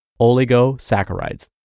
oligosaccharides